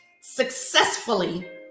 successfully